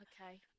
okay